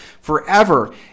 forever